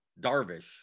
Darvish